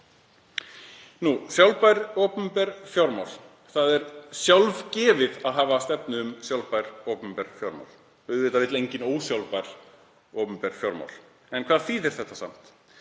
Sjálfbær, opinber fjármál. Það er sjálfgefið að hafa stefnu um sjálfbær opinber fjármál. Auðvitað vill enginn ósjálfbær, opinber fjármál. Hvað þýðir það samt?